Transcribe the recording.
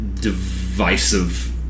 divisive